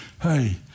hey